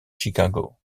chicago